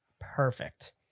perfect